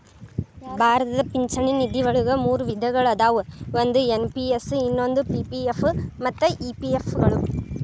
ಭಾರತದ ಪಿಂಚಣಿ ನಿಧಿವಳಗ ಮೂರು ವಿಧಗಳ ಅದಾವ ಒಂದು ಎನ್.ಪಿ.ಎಸ್ ಇನ್ನೊಂದು ಪಿ.ಪಿ.ಎಫ್ ಮತ್ತ ಇ.ಪಿ.ಎಫ್ ಗಳು